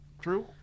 true